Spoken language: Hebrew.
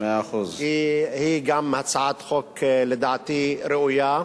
כי היא גם הצעת חוק שלדעתי ראויה.